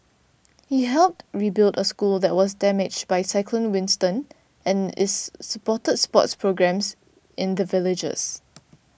he's helped rebuild a school that was damaged by cyclone Winston and is supported sports programmes in the villages